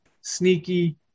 sneaky